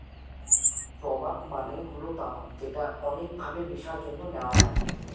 টবাক মানে হল তামাক যেটা অনেক ভাবে নেশার জন্যে নেওয়া হয়